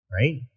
right